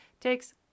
Takes